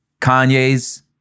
Kanye's